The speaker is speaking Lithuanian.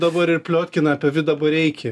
dabar ir pliotkina apie vidą bareikį